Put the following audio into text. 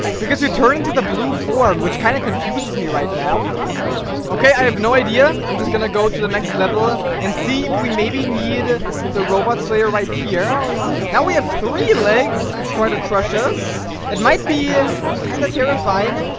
because you turn into the blue form which kind of confuses me right now ah okay, i have no idea. i'm just gonna go to the next level ah and see if we maybe need ah the robots layer right here now we have three legs which try to crush us it might be kind of terrifying,